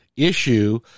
issue